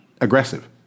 aggressive